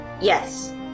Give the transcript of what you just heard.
Yes